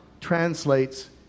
translates